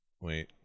Wait